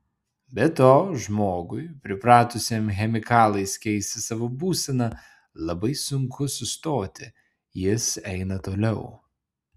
be to žmogui pripratusiam chemikalais keisti savo būseną labai sunku sustoti jis eina toliau